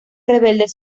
rebeldes